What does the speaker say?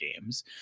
games